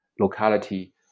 locality